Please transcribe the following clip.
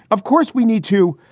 of course we need to.